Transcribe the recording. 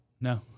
No